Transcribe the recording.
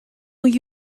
will